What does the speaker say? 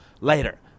later